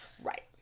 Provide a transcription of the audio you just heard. Right